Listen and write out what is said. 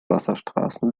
wasserstraßen